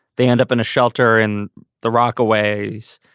they end up in a shelter in the rockaways.